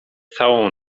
całą